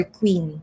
queen